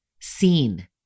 Seen